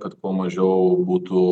kad kuo mažiau būtų